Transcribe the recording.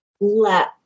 let